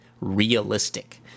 realistic